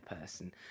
person